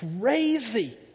crazy